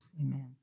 Amen